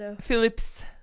phillips